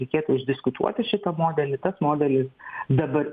reikėtų išdiskutuoti šitą modelį tas modelis dabar